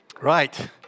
Right